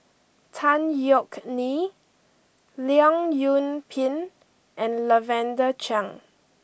Tan Yeok Nee Leong Yoon Pin and Lavender Chang